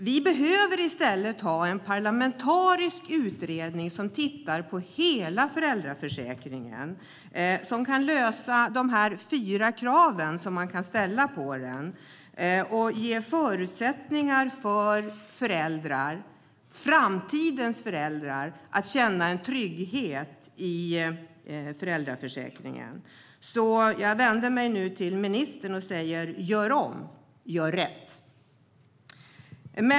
Vi behöver i stället en parlamentarisk utredning som tittar på hela föräldraförsäkringen, som kan lösa de fyra krav som man kan ställa på den och som ger framtidens föräldrar förutsättningar att känna trygghet i föräldraförsäkringen. Jag vänder mig nu till ministern och säger: Gör om! Gör rätt!